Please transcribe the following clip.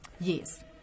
Yes